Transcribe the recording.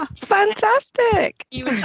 Fantastic